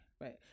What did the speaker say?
Right